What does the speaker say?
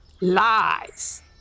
lies